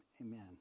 Amen